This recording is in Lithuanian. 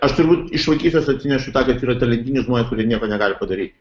aš turbūt iš vaikystės atsinešu tą kad yra talentingi žmonės kurie nieko negali padaryti